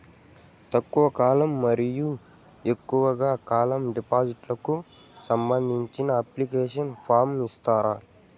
తక్కువ కాలం మరియు ఎక్కువగా కాలం డిపాజిట్లు కు సంబంధించిన అప్లికేషన్ ఫార్మ్ ఇస్తారా?